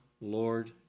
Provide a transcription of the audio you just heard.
Lord